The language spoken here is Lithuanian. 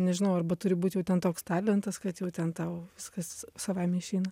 nežinau arba turi būt jau ten toks talentas kad jau ten tau viskas savaime išeina